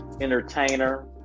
entertainer